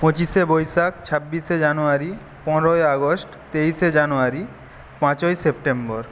পঁচিশে বৈশাখ ছাব্বিশে জানুয়ারী পনেরোই আগস্ট তেইশে জানুয়ারি পাঁচই সেপ্টেম্বর